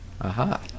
Aha